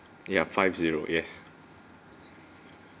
ya five zero yes